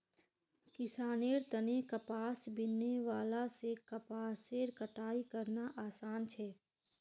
किसानेर तने कपास बीनने वाला से कपासेर कटाई करना आसान छे